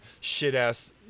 shit-ass